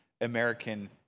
American